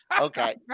Okay